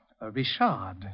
Richard